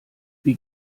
wie